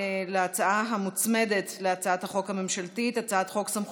הוועדה המוסמכת לדון בהצעת החוק היא כמובן ועדת החוקה,